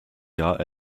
jahr